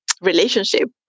relationship